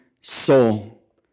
soul